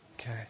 Okay